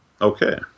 Okay